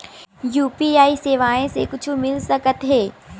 UPI सेवाएं से कुछु मिल सकत हे?